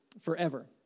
forever